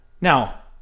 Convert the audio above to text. Now